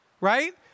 right